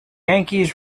yankees